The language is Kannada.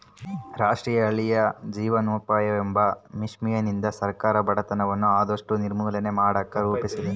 ರಾಷ್ಟ್ರೀಯ ಹಳ್ಳಿ ಜೀವನೋಪಾಯವೆಂಬ ಮಿಷನ್ನಿಂದ ಸರ್ಕಾರ ಬಡತನವನ್ನ ಆದಷ್ಟು ನಿರ್ಮೂಲನೆ ಮಾಡಕ ರೂಪಿಸಿದೆ